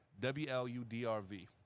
W-L-U-D-R-V